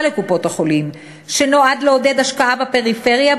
לקופות-החולים שנועד לעודד השקעה בפריפריה,